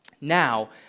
now